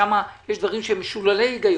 יש שם דברים שהם משוללי היגיון.